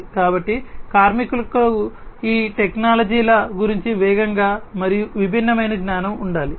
కాబట్టి కార్మికులకు ఈ టెక్నాలజీల గురించి వేగంగా మరియు విభిన్నమైన జ్ఞానం ఉండాలి